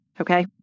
Okay